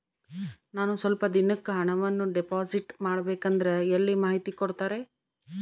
ನಾನು ಸ್ವಲ್ಪ ದಿನಕ್ಕೆ ಹಣವನ್ನು ಡಿಪಾಸಿಟ್ ಮಾಡಬೇಕಂದ್ರೆ ಎಲ್ಲಿ ಮಾಹಿತಿ ಕೊಡ್ತಾರೆ?